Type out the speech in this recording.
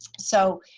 so